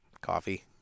coffee